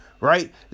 right